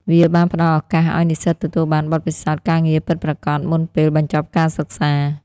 វាបានផ្តល់ឱកាសឱ្យនិស្សិតទទួលបានបទពិសោធន៍ការងារពិតប្រាកដមុនពេលបញ្ចប់ការសិក្សា។